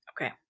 okay